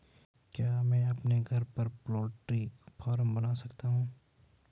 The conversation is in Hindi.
क्या मैं अपने घर पर पोल्ट्री फार्म बना सकता हूँ?